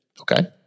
Okay